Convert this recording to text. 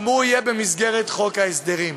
גם הוא יהיה במסגרת חוק ההסדרים.